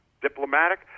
diplomatic